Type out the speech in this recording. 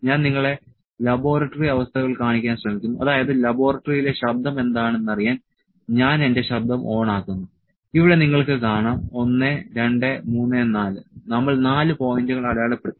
ഞാൻ നിങ്ങളെ ലബോറട്ടറി അവസ്ഥകൾ കാണിക്കാൻ ശ്രമിക്കുന്നു അതായത് ലബോറട്ടറിയിലെ ശബ്ദം എന്താണ് എന്ന് അറിയാൻ ഞാൻ എന്റെ ശബ്ദം ഓണാക്കുന്നു ഇവിടെ നിങ്ങൾക്ക് കാണാം 1 2 3 4 നമ്മൾ 4 പോയിന്റുകൾ അടയാളപ്പെടുത്തി